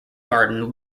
garden